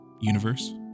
universe